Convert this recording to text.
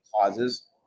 causes